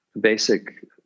basic